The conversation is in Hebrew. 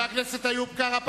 חבר הכנסת איוב קרא.